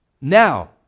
now